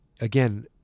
again